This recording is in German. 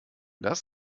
das